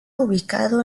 ubicado